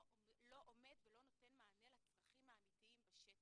לא עומד ולא נותן מענה לצרכים האמיתיים בשטח,